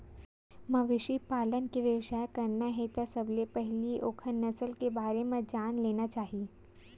मवेशी पालन के बेवसाय करना हे त सबले पहिली ओखर नसल के बारे म जान लेना चाही